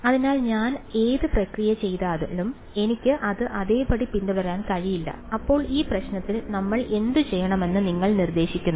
അതിനാൽ ഞാൻ ഏത് പ്രക്രിയ ചെയ്താലും എനിക്ക് അത് അതേപടി പിന്തുടരാൻ കഴിയില്ല അപ്പോൾ ഈ പ്രശ്നത്തിൽ നമ്മൾ എന്തുചെയ്യണമെന്ന് നിങ്ങൾ നിർദ്ദേശിക്കുന്നു